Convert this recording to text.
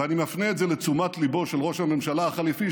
ואני מפנה את זה לתשומת ליבו של ראש הממשלה החליפי,